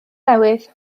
newydd